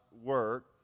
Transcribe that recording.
work